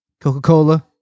Coca-Cola